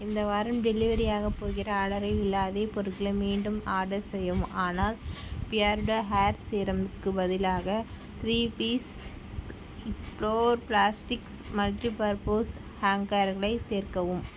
இந்த வாரம் டெலிவரியாகப் போகிற ஆர்டரில் உள்ள அதே பொருட்களை மீண்டும் ஆர்டர் செய்யவும் ஆனால் பியர்டோ ஹேர் சீரம்க்கு பதிலாக three piece floor plastics multipurpose ஹேங்கர்களை சேர்க்கவும்